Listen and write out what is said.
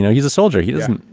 yeah he's a soldier. he doesn't.